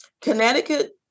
Connecticut